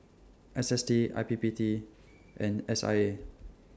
S S T I P P T and S I A